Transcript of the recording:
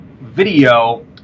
video